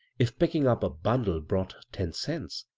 if picking up a bundle brought ten cents,